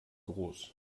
groß